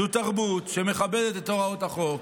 זו תרבות שמכבדת את הוראות החוק,